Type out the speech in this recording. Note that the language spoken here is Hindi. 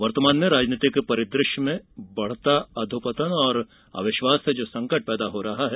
वर्तमान में राजनीतिक परिदृ श्य में बढ़ता अधोपतन और अविश्वास से जो संकट पैदा हो रहा है